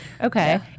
okay